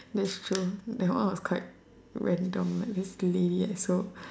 that's true that one was quite random like very steady like so